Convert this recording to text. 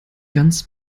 ganz